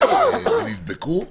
ונדבקו,